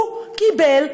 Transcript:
הוא קיבל: